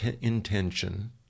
intention